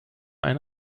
ein